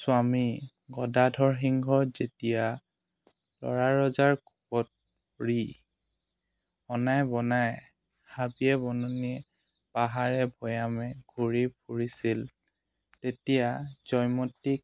স্বামী গদাধৰ সিংহই যেতিয়া ল'ৰা ৰজাৰ কুপত ফুৰি অনাই বনাই হাবিয়ে বননীয়ে পাহাৰে ভৈয়ামে ঘূৰি ফুৰিছিল তেতিয়া জয়মতীক